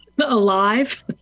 alive